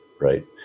Right